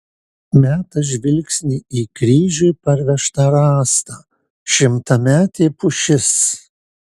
meta žvilgsnį į kryžiui parvežtą rąstą šimtametė pušis